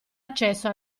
accesso